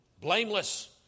blameless